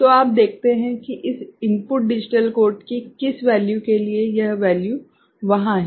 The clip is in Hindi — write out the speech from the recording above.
तो आप देखते हैं कि इस इनपुट डिजिटल कोड की किस वैल्यू के लिए यह वैल्यू वहाँ है